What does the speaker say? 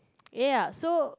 ya so